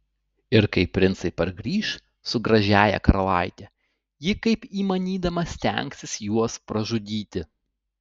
ir kai princai pargrįš su gražiąja karalaite ji kaip įmanydama stengsis juos pražudyti